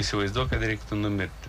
įsivaizduok kad reiktų numigti